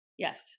Yes